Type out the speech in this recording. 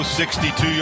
62